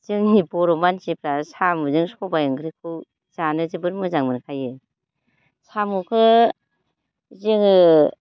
जोंनि बर' मानसिफ्रा साम'जों सबाइ ओंख्रिखौ जानो जोबोद मोजां मोनखायो साम'खौ जोङो